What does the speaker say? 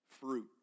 fruit